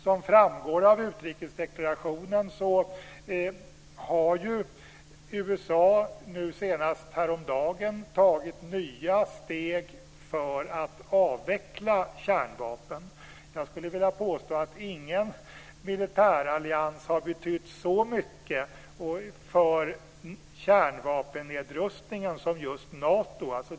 Som framgår av utrikesdeklarationen har ju USA, nu senast häromdagen, tagit nya steg för att avveckla kärnvapen. Jag skulle vilja påstå att ingen militärallians har betytt så mycket för kärnvapennedrustningen som just Nato.